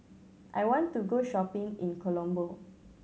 I want to go shopping in Colombo